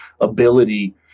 ability